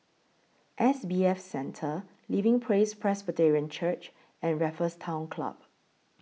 S B F Center Living Praise Presbyterian Church and Raffles Town Club